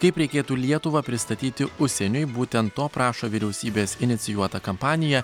kaip reikėtų lietuvą pristatyti užsieniui būtent to prašo vyriausybės inicijuota kampanija